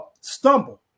stumble